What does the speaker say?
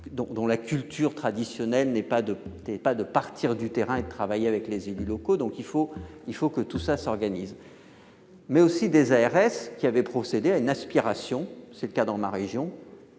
dont la culture traditionnelle n'était pas de partir du terrain et de travailler avec les élus locaux. Il faut que tout cela s'organise. Certaines ARS ont aussi procédé à une aspiration- c'est le cas dans ma région